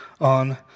on